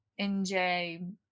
NJ